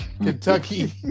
Kentucky